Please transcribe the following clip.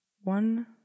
one